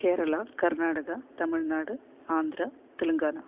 Kerala Karnataka Tamil Nadu Andhra Telangana